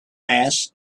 mass